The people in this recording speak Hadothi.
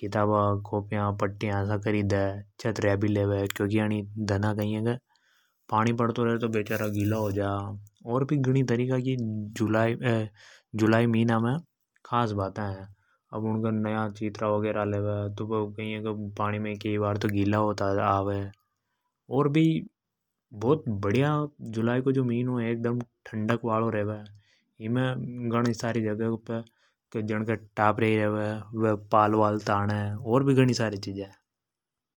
किताबा, कॉपीया खरी दे। पानी से बच बा कान ने छतरया ले वे नि वे गिला हो जावे और भी घणी खास बाता रे जुलाई का महीना में खास बात है। एकदम ठंडक वालो है अर टापरया मे पाल वाल भी ताने।